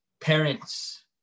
parents